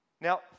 Now